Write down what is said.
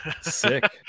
Sick